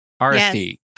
RSD